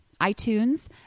iTunes